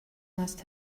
must